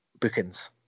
bookings